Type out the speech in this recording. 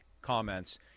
comments